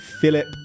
Philip